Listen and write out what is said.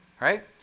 right